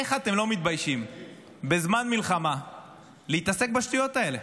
איך אתם לא מתביישים בזמן מלחמה להתעסק בשטויות האלה?